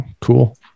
Cool